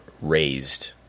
raised